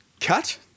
Cut